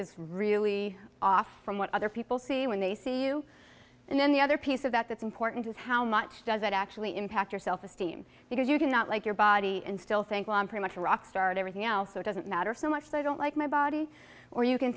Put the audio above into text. is really off from what other people see when they see you and then the other piece of that that's important is how much does it actually impact your self esteem because you can not like your body and still think well i'm pretty much a rock star everything else that doesn't matter so much that i don't like my body or you can